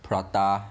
prata